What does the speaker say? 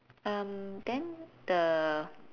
um then the